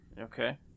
Okay